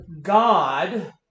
God